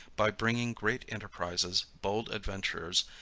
by bringing great enterprises, bold adventures,